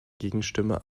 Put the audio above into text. gegenstimme